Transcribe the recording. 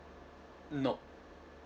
nop